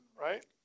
right